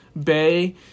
bay